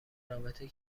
رابطه